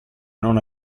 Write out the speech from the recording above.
non